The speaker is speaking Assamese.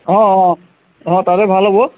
অঁ অঁ অঁ তাতে ভাল হ'ব